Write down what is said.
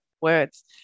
words